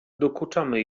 dokuczamy